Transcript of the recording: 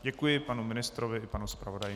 Děkuji panu ministrovi i panu zpravodaji.